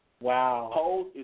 Wow